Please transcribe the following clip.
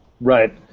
Right